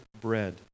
bread